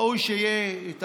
ראוי שיהיה את